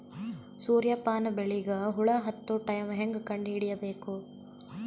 ಸೂರ್ಯ ಪಾನ ಬೆಳಿಗ ಹುಳ ಹತ್ತೊ ಟೈಮ ಹೇಂಗ ಕಂಡ ಹಿಡಿಯಬೇಕು?